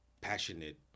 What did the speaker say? passionate